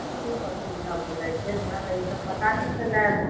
एतेक असुविधा भऽ जाइत छै हमरा तऽ ईसभ पता नहि छले